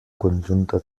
conjunta